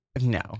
No